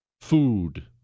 food